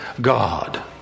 God